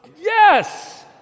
Yes